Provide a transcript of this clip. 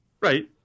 Right